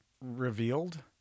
revealed